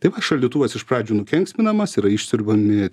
taip kad šaldytuvas iš pradžių nukenksminamas yra išsiurbiami